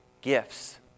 gifts